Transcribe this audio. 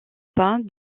pas